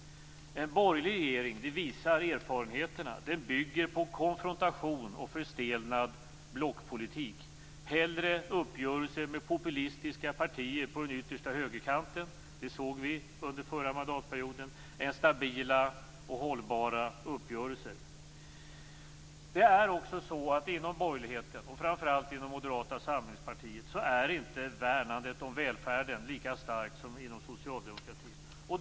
Erfarenheterna visar att en borgerlig regering bygger på konfrontation och förstelnad blockpolitik: hellre uppgörelser med populistiska partier på den yttersta högerkanten - det såg vi under den förra mandatperioden - än stabila och hållbara uppgörelser. Inom borgerligheten - och framför allt inom Moderata samlingspartiet - är inte värnandet om välfärden lika starkt som inom socialdemokratin.